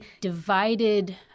divided